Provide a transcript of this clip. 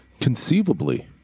Conceivably